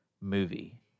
movie